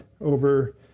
over